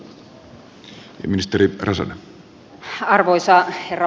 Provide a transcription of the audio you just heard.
arvoisa herra puhemies